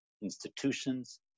institutions